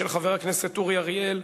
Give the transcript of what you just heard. של חבר הכנסת אורי אריאל,